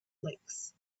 lakes